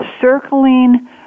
circling